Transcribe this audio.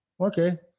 okay